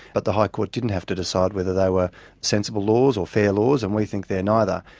but the high court didn't have to decide whether they were sensible laws or fair laws, and we think they are neither.